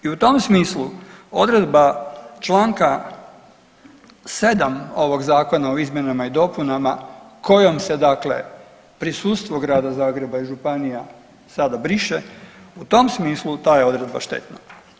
I u tom smislu odredba čl. 7. ovog zakona o izmjenama i dopunama kojom se dakle prisustvo Grada Zagreba i županija sada briše, u tom smislu ta je odredba štetna.